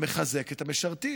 ומחזק את המשרתים,